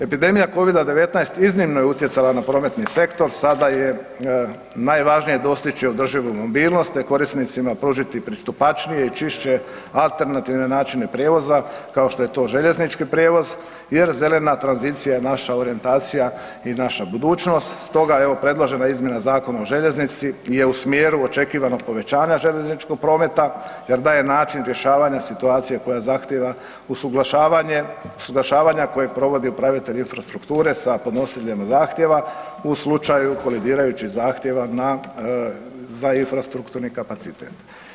Epidemija Covida-19 iznimno je utjecala na prometni sektor, sada je najvažnije dostići održivu mobilnost te korisnicima pružiti pristupačnije i čišće alternativne načine prijevoza, kao što je to željeznički prijevoz jer zelena tranzicija je naša orijentacija i naša budućnost, stoga evo, predlažem na izmjene Zakona o željeznici je u smjeru očekivanog povećanja željezničkog prometa jer daje način rješavanje situacije koja zahtjeva usuglašavanja kojeg provodi upravitelj Infrastrukture sa podnositeljem zahtjeva u slučaju kolidirajućih zahtjeva za infrastrukturni kapacitet.